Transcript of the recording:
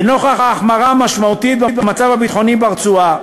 לנוכח ההחמרה המשמעותית במצב הביטחוני ברצועה,